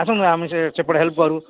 ଆସନ୍ତୁ ଆମେ ସେପଟ ହେଲ୍ପ କରିବୁ